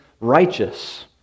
righteous